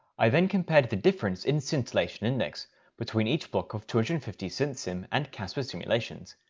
i then compared the difference in scintillation index between each block of two hundred and fifty scintsim and casper simulations.